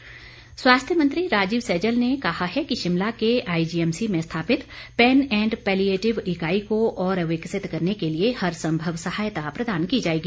सैजल स्वास्थ्य मंत्री राजीव सैजल ने कहा है कि शिमला के आईजीएमसी में स्थापित पेन एंड पैलीएटिव इकाई को और विकसित करने के लिए हरसंभव सहायता प्रदान की जाएगी